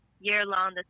year-long